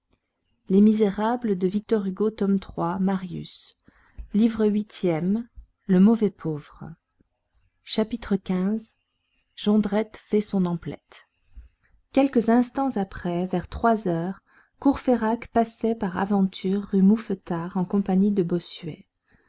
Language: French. javert chapitre xv jondrette fait son emplette quelques instants après vers trois heures courfeyrac passait par aventure rue mouffetard en compagnie de bossuet